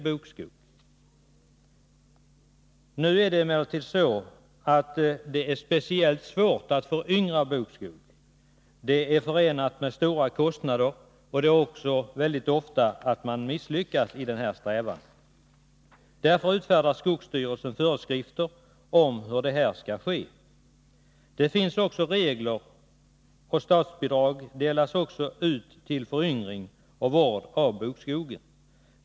Det är emellertid svårt att föryngra bokskogen. Det är förenat med stora kostnader, och ofta misslyckas man i denna strävan. Därför utfärdar skogsstyrelsen föreskrifter om hur det skall ske. Statsbidrag utgår också till föryngring och vård av bokskogar.